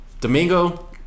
Domingo